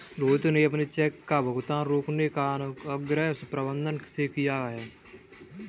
रोहित ने अपने चेक का भुगतान रोकने का आग्रह प्रबंधक से किया है